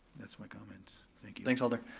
that's my comment. thank you. thanks alder.